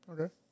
Okay